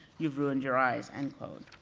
you've ruined your eyes, end quote.